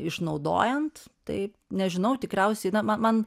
išnaudojant tai nežinau tikriausiai na ma man